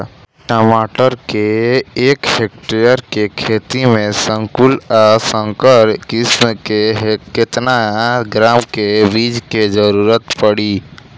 टमाटर के एक हेक्टेयर के खेती में संकुल आ संकर किश्म के केतना ग्राम के बीज के जरूरत पड़ी?